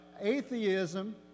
Atheism